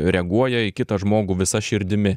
reaguoja į kitą žmogų visa širdimi